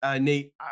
Nate